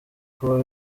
kuba